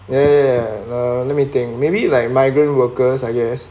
ya ya ya now let me think maybe like migrant workers I guess